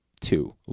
two